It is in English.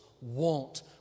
want